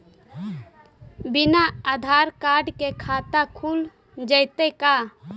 बिना आधार कार्ड के खाता खुल जइतै का?